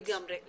לגמרי.